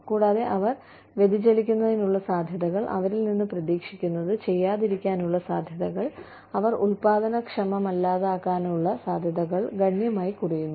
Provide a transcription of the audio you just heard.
കൂടാതെ അവർ വ്യതിചലിക്കുന്നതിനുള്ള സാധ്യതകൾ അവരിൽ നിന്ന് പ്രതീക്ഷിക്കുന്നത് ചെയ്യാതിരിക്കാനുള്ള സാധ്യതകൾ അവർ ഉൽപ്പാദനക്ഷമമല്ലാതാകാനുള്ള സാധ്യതകൾ ഗണ്യമായി കുറയുന്നു